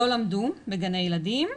לא למדו בגני ילדים.